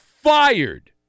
fired